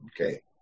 Okay